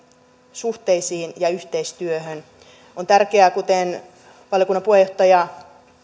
suhteisiin ja yhteistyöhön on tärkeää kuten valiokunnan puheenjohtaja